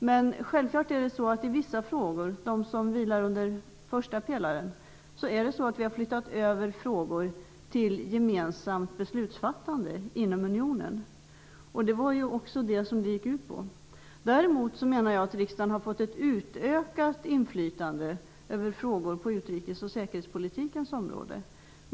Men självklart är det på det sättet att vi har flyttat över de frågor som vilar under första pelaren till gemensamt beslutsfattande inom unionen. Det var också detta som det gick ut på. Däremot menar jag att riksdagen har fått ett utökat inflytande över frågor på utrikes och säkerhetspolitikens område.